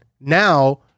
now